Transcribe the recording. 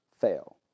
fail